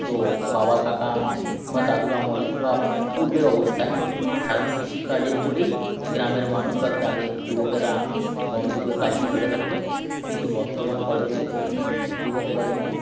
তো বাবা কাকা বা দাদুর আমলে বা পূর্বের অবস্থায় সাধারণত কৃষিকাজের উপরেই গ্রামের মানুষ বা গ্রামের যুবকেরা গন্তব্য কাজটি করে থাকতো কিন্তু বর্তমান প্রজন্ম ভো যুবক প্রজন্ম